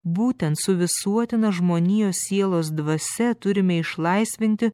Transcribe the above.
būtent su visuotina žmonijos sielos dvasia turime išlaisvinti